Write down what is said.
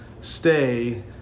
stay